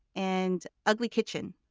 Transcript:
and ugly kitchen.